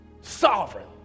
sovereign